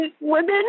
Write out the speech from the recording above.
Women